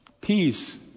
Peace